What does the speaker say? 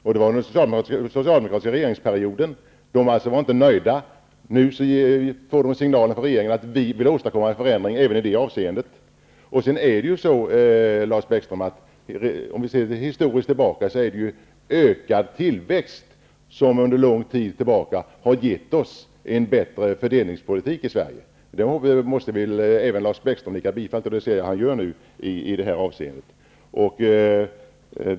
Besöket ägde rum under den socialdemokratiska regeringsperioden, och företagsledningen var inte nöjd. Nu får man signaler från regeringen om att vi vill åstadkomma en förändring även i det avssendet. Sett historiskt kan man ju också konstatera att ökad tillväxt har gett oss en bättre fördelningspolitik i Sverige. Det påståendet måste väl även Lars Bäckström nicka bifall till? Jag ser nu att han gör det.